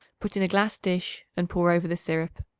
put in a glass dish and pour over the syrup.